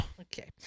Okay